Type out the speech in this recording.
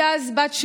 את הקרוואן